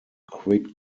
quick